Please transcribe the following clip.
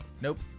Nope